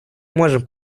можем